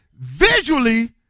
Visually